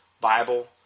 Bible